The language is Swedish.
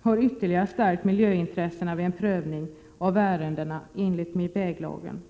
har ytterligare stärkt miljöintressena vid prövning av ärenden enligt väglagen.